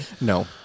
No